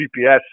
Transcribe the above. GPS